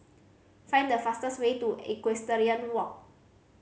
find the fastest way to Equestrian Walk